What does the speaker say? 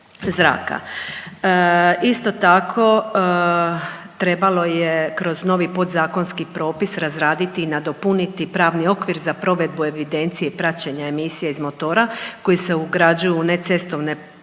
Isto tako trebalo je kroz novi podzakonski propis razraditi i nadopuniti pravni okvir za provedbu evidencije praćenja emisije iz motora koji se ugrađuju u necestovne pokretne